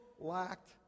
lacked